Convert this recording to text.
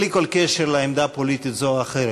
בלי כל קשר לעמדה פוליטית כזאת או אחרת.